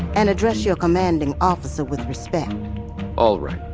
and address your commanding officer with respect alright,